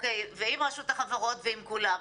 עם רשות החברות וכולם.